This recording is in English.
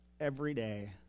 everyday